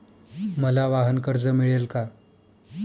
मला वाहनकर्ज मिळेल का?